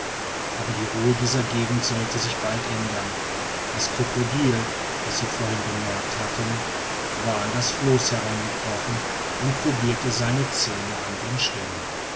aber die ruhe dieser gegend sollte sich bald ändern das krokodil das sie vorhin bemerkt hatten war an das floß herangekrochen und probierte seine zähne an den stämmen